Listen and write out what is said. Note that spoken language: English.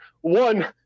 One